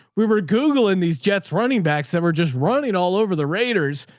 we were googling these jets running backs that were just running all over the raiders.